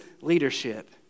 leadership